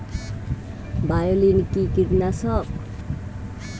বায়োলিন কি কীটনাশক?